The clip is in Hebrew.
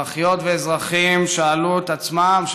אזרחיות ואזרחים שאלו את עצמם,